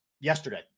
yesterday